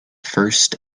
first